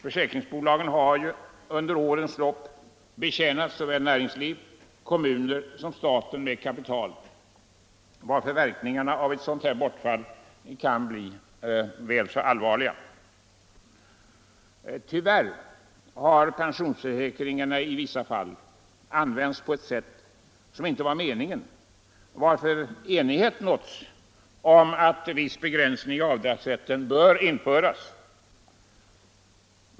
Försäkringsbolagen har under årens lopp betjänat såväl näringsliv och kommuner som staten med kapital, varför verkningarna av ett sådant bortfall kan komma att bli allvarliga. Tyvärr har pensionsförsäkringarna i vissa fall använts på ett sätt som inte var meningen, varför enighet nåtts om att viss begränsning i avdragsrätten bör införas.